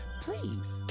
please